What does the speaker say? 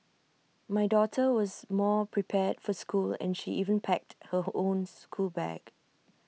my daughter was more prepared for school and she even packed her own schoolbag